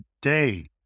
day